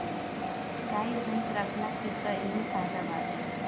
गाई भइस रखला के तअ इहे फायदा बाटे